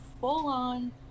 full-on